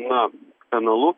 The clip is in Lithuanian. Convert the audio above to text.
na kanalu